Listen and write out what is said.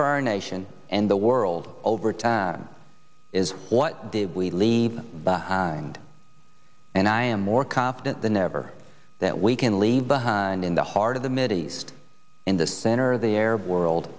for our nation and the world over time is what do we leave behind and i am more confident than ever that we can leave behind in the heart of the mideast in the center of the arab world